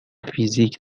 فیزیک